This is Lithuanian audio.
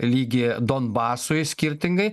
lygi donbasui skirtingai